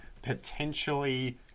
potentially